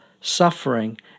suffering